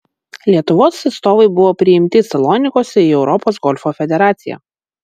lietuvos atstovai buvo priimti salonikuose į europos golfo federaciją